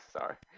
Sorry